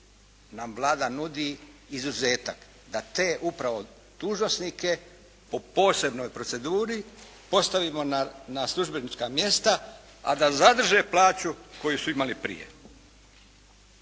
nam Vlada nudi izuzetak, da te, upravo dužnosnike, po posebnoj proceduri postavimo na službenička mjesta a da zadrže plaću koju su imali prije.